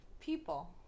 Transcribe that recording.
People